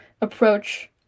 approach